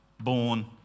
born